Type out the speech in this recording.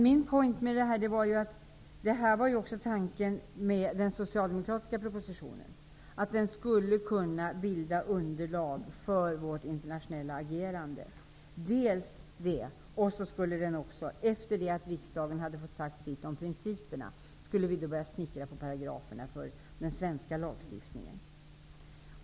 Min poäng här är att detta också var tanken med den socialdemokratiska propositionen på sin tid, nämligen att den skulle kunna bilda underlag dels för vårt internationella agerande, dels -- efter att riksdagen sagt sitt om principerna -- för vårt arbete med paragraferna för den svenska lagstiftningen.